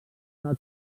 una